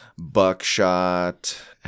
buckshot